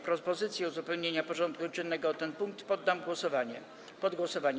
Propozycję uzupełnienia porządku dziennego o ten punkt poddam pod głosowanie.